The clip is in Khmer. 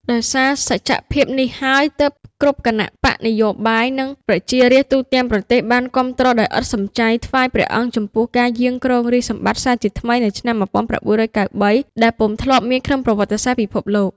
ដោយសារសច្ចភាពនេះហើយ ទើបគ្រប់គណបក្សនយោបាយ និងប្រជារាស្ត្រទូទាំងប្រទេសបានគាំទ្រដោយឥតសំចៃថ្វាយព្រះអង្គចំពោះការយាងគ្រងរាជសម្បត្តិសារជាថ្មីនៅឆ្នាំ១៩៩៣ ដែលពុំធ្លាប់មានក្នុងប្រវត្តិសាស្ត្រពិភពលោក។